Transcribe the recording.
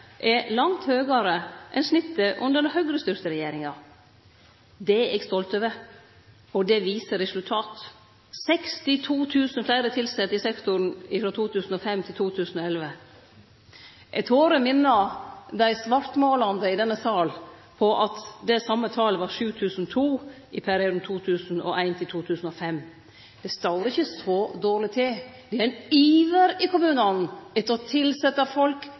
er langt høgare enn snittet under den høgrestyrte regjeringa. Det er eg stolt over. Det viser resultat. 62 000 fleire vart tilsette i sektoren frå 2005 til 2011. Eg torer minne dei svartmålande i denne salen på at det same talet var 7 200 i perioden 2001–2005. Det står ikkje så dårleg til! Det er ein iver i kommunane etter å tilsetje folk,